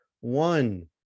One